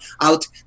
out